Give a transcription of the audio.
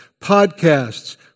podcasts